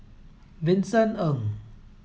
Vincent Ng